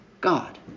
God